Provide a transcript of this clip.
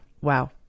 wow